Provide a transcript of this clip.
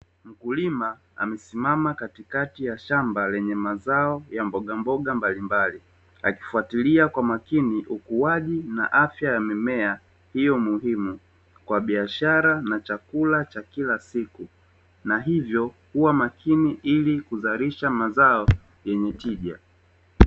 Mkulima amesimama katikati ya shamba lenye mazao ya mboga mboga mbalimbali akifuatilia kwa makini ukuaji na afya ya mimea hiyo muhimu kwa biashara na chakula cha kila siku na hivyo huwa makini ili kuzalisha mazao yenye tija.